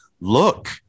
look